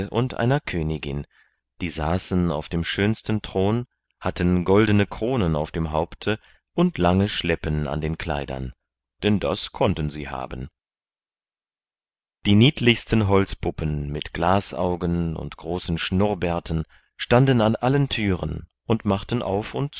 und einer königin die saßen auf dem schönsten thron hatten goldene kronen auf dem haupte und lange schleppen an den kleidern denn das konnten sie haben die niedlichsten holzpuppen mit glasaugen und großen schnurrbärten standen an allen thüren und machten auf und